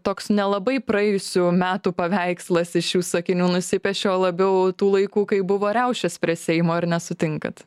toks nelabai praėjusių metų paveikslas iš jų sakinių nusipiešė o labiau tų laikų kai buvo riaušės prie seimo ar nesutinkat